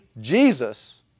Jesus